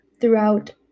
throughout